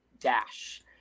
Dash